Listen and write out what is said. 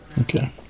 Okay